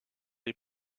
des